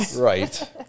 Right